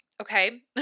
Okay